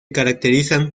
caracterizan